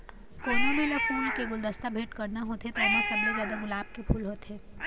कोनो भी ल फूल के गुलदस्ता भेट करना होथे त ओमा सबले जादा गुलाब के फूल होथे